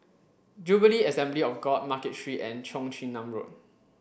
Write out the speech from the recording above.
Jubilee Assembly of God Market Street and Cheong Chin Nam Road